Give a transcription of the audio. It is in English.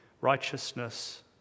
righteousness